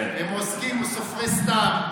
הם עוסקים כסופרי סת"ם,